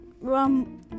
Rum